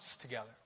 together